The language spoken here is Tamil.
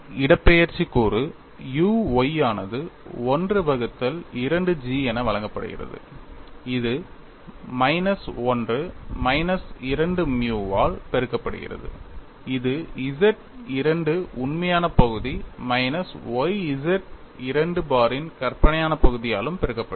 இடப்பெயர்ச்சி கூறு u y ஆனது 1 வகுத்தல் 2 G என வழங்கப்படுகிறது இது மைனஸ் 1 மைனஸ் 2 மியுவால் பெருக்கப்படுகிறது இது Z II உண்மையான பகுதி மைனஸ் y Z II பாரின் கற்பனையான பகுதியிலும் பெருக்கப்படுகிறது